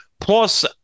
plus